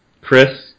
Chris